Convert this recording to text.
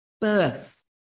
birth